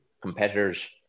competitors